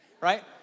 Right